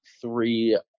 three